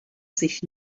sich